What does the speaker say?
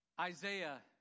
Isaiah